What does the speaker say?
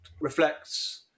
reflects